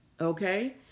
okay